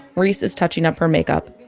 reese is touching up her makeup.